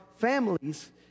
families